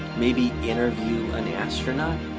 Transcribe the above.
maybe interview an astronaut?